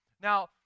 Now